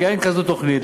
אין כזאת תוכנית,